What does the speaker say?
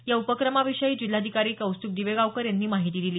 या उपक्रमाविषयी जिल्हाधिकारी कौस्त्भ दिवेगावकर यांनी माहिती दिली